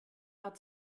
hat